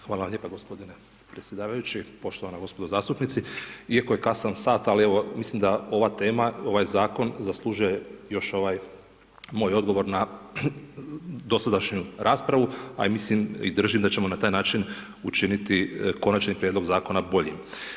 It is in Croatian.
Hvala lijepo g. predsjedavajući, poštovana gospodo zastupnici, iako je kasan sat, ali evo, mislim da ova tema, ovakav zakon zaslužuje još ovaj moj odgovor na dosadašnju raspravu a i mislim, držim da ćemo na taj način učiniti konačni prijedlog zakona boljim.